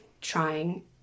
trying